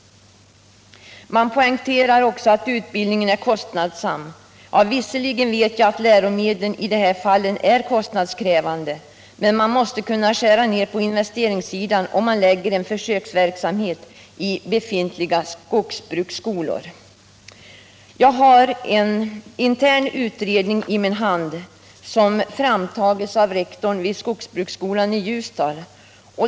Man poängterar också att utbildningen är kostsam. Visserligen vet jag att ”läromedlen” i det här fallet är kostnadskrävande, men man måste kunna skära ner på investeringssidan om man lägger en försöksverksamhet i befintliga skogsbruksskolor. Jag har en intern utredning i min hand som framtagits av rektorn vid skogsbruksskolan i Ljusdal.